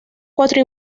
cuatro